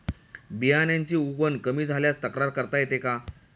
बियाण्यांची उगवण कमी झाल्यास तक्रार करता येते का?